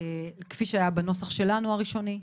כפי שהיה בנוסח שלנו הראשוני.